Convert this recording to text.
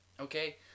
okay